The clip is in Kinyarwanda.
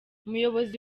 umuyobozi